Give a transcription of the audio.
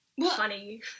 funny